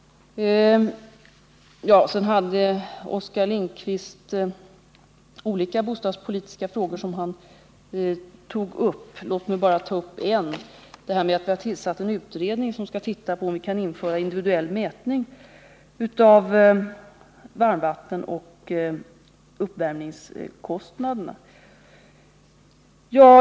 Oskar Lindkvist tog upp olika bostadspolitiska frågor. Låt mig beröra bara en. Det gäller den utredning som vi tillsatt för att se över om vi kan införa indviduell mätning av varmvattensoch uppvärmningskostnaderna.